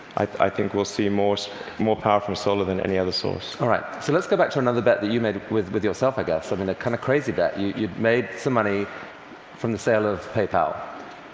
i think we'll see more more power from solar than any other source. ca all right, so let's go back to another bet that you made with with yourself, i guess, i mean a kind of crazy bet. you'd made some money from the sale of paypal.